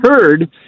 heard